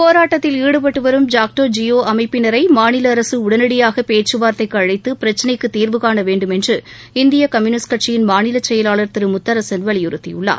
போராட்டத்தில் ஈடுபட்டு வரும் ஜாக்டோ ஜியோ அமைப்பினரை மாநில அரசு உடனடியாக பேச்சுவா்த்தைக்கு அழைத்து பிரச்சினைக்கு தீர்வுகாண வேண்டும் என்று இந்திய கம்யுனிஸ்ட் கட்சியின் மாநில செயலாளர் திரு முத்தரசன் வலியுறுத்தியுள்ளார்